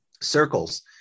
circles